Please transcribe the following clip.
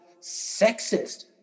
sexist